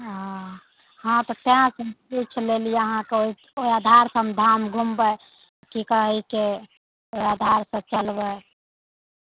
हँ हँ तऽ तैं पुउछि लेली अहाँ कऽ ओइ आधार सऽ हम धाम घुमबै की कहै के ओइ आधार सऽ चलबै